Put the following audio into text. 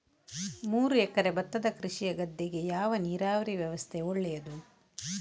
ಮೂರು ಎಕರೆ ಭತ್ತದ ಕೃಷಿಯ ಗದ್ದೆಗೆ ಯಾವ ನೀರಾವರಿ ವ್ಯವಸ್ಥೆ ಒಳ್ಳೆಯದು?